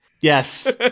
Yes